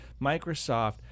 Microsoft